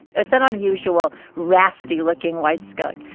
it's an unusual, rasty-looking white skunk.